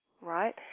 right